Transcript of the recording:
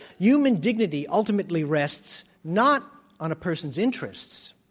human dignity ultimately rests not on a person's interests,